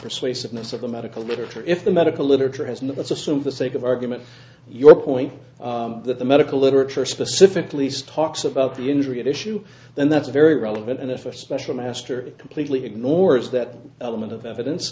persuasiveness of the medical literature if the medical literature has no let's assume for the sake of argument your point that the medical literature specific lease talks about the injury at issue and that's very relevant and if a special master completely ignores that element of evidence